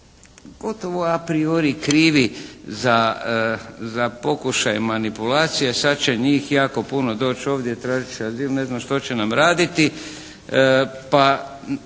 gotovo a priori krivi za pokušaj manipulacije, sad će njih jako puno doći ovdje i tražiti će azil, ne znam što će nam raditi pa